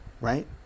right